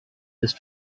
ist